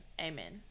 Amen